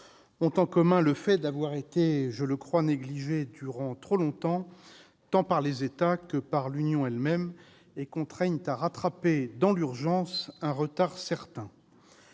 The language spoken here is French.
effet en commun le fait d'avoir été négligés durant trop longtemps, tant par les États que par l'Union elle-même, contraignent à rattraper dans l'urgence un retard certain.